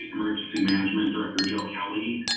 emergency management director joe kelly,